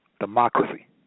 democracy